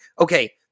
Okay